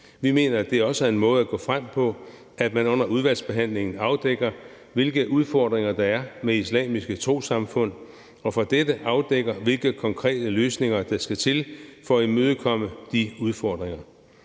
Vi mener, at det også er en måde at gå frem på, at man under udvalgsbehandlingen afdækker, hvilke udfordringer der er med islamiske trossamfund, og for dem afdækker, hvilke konkrete løsninger der skal til for at imødekomme de udfordringer.